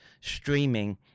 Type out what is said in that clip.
streaming